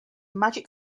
magic